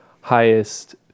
Highest